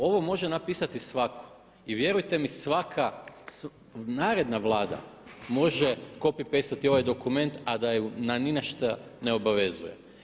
Ovo može napisati svako i vjerujte mi svaka naredna Vlada može copy paste ovaj dokument a da ju na ništa ne obavezuje.